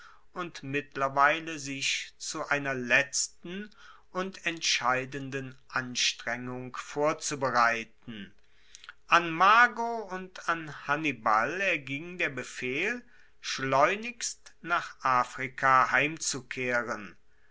und mittlerweile sich zu einer letzten und entscheidenden anstrengung vorzubereiten an mago und an hannibal erging der befehl schleunigst nach afrika